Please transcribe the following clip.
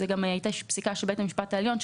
זאת גם הייתה פסיקה של בית המשפט העליון,